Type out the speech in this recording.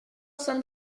jsem